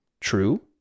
True